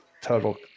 Total